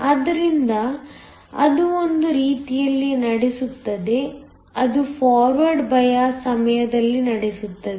ಆದ್ದರಿಂದ ಅದು ಒಂದು ರೀತಿಯಲ್ಲಿ ನಡೆಸುತ್ತದೆ ಅದು ಫಾರ್ವರ್ಡ್ ಬಯಾಸ್ ಸಮಯದಲ್ಲಿ ನಡೆಸುತ್ತದೆ